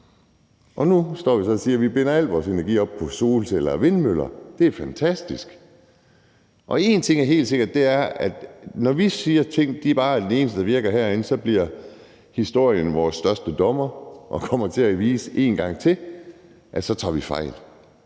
Og nu står vi så og siger: Vi binder al vores energi op på solceller og vindmøller, og det er fantastisk. En ting er helt sikker, og det er, at når vi herinde siger, at noget bare er det eneste, der virker, bliver historien vores største dommer, og den kommer til at vise en gang til, at vi tager fejl.